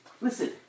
Listen